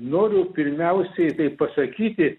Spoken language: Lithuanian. noriu pirmiausiai tai pasakyti